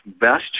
best